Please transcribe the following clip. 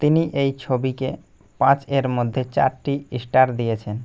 তিনি এই ছবিকে পাঁচ এর মধ্যে চারটি স্টার দিয়েছেন